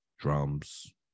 drums